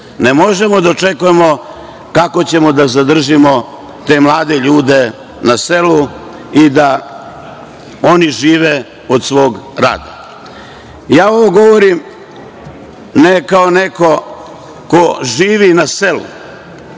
ne možemo da očekujemo kako ćemo da zadržimo te mlade ljude na selu i da oni žive od svog rada. Sve ovo govorim kao neko ko živi na selu